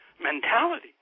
mentality